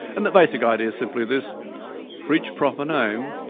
and the basic idea's simply this for each proper name,